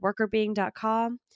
WorkerBeing.com